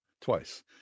Twice